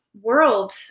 world